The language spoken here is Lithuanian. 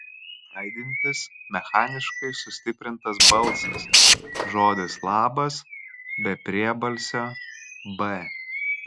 aidintis mechaniškai sustiprintas balsas žodis labas be priebalsio b